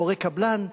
מורי קבלן,